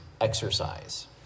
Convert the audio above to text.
exercise